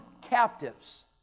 captives